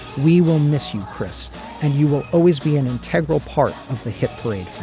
we will miss you chris and you will always be an integral part of the hit parade.